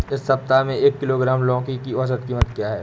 इस सप्ताह में एक किलोग्राम लौकी की औसत कीमत क्या है?